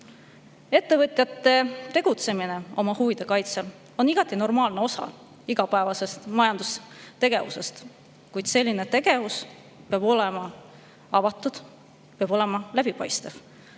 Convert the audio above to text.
Ettevõtjate tegutsemine oma huvide kaitsel on igati normaalne osa igapäevasest majandustegevusest, kuid see tegevus peab olema avatud, see peab olema läbipaistev.